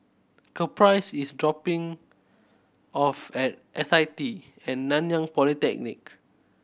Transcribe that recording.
Caprice is dropping off at S I T At Nanyang Polytechnic